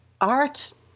art